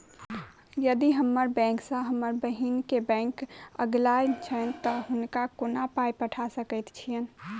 यदि हम्मर बैंक सँ हम बहिन केँ बैंक अगिला छैन तऽ हुनका कोना पाई पठा सकैत छीयैन?